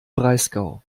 breisgau